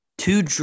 two